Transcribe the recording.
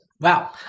Wow